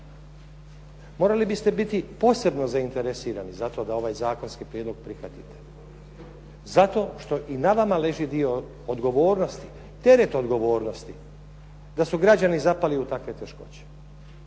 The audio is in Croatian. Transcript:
Morali biste biti posebno zainteresirano za to da ovaj zakonski prijedlog prihvatite, zato što i na vama leži dio odgovornosti, teret odgovornosti da su građani zapali u takve teškoće